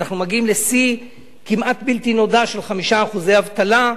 אנחנו מגיעים לשיא כמעט בלתי נודע של 5% אבטלה,